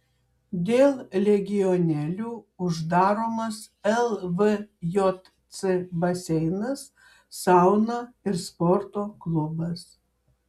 dėl legionelių uždaromas lvjc baseinas sauna ir sporto klubas